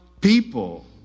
people